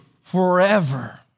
forever